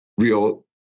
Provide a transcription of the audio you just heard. Real